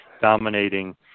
dominating